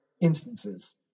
instances